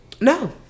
No